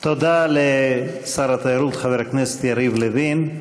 תודה לשר התיירות חבר הכנסת יריב לוין.